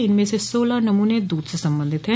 इनमें से सोलह नमूने दूध से संबंधित है